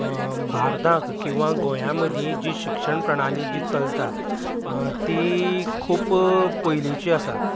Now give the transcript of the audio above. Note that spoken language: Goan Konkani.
भारतांत किंवां गोंयां मदीं जी शिक्षण प्रणाली जी चलता ती खूब पयलीची आसा